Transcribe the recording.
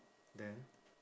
then